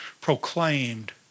proclaimed